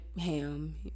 ham